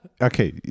okay